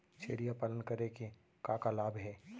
छेरिया पालन के का का लाभ हे?